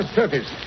surface